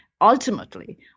ultimately